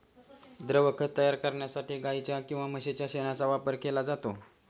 द्रवखत तयार करण्यासाठी गाईच्या किंवा म्हशीच्या शेणाचा वापरही केला जातो